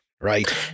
right